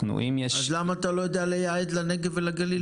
אז למה אתה לא יודע לייעד לנגב ולגליל?